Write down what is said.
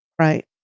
Right